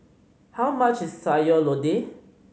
how much Sayur Lodeh